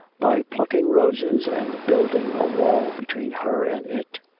by plucking roses and building a. wall between her and it.